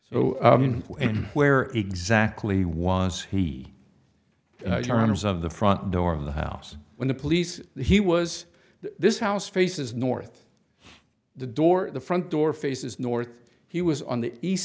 so where exactly was he terms of the front door of the house when the police he was this house faces north the door the front door faces north he was on the east